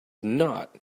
not